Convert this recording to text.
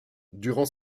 durant